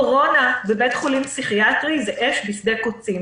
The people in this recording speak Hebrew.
קורונה בבית חולים פסיכיאטרי זה אש בשדה קוצים.